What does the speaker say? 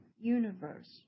universe